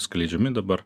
skleidžiami dabar